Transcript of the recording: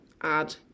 add